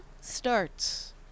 starts